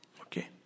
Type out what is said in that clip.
Okay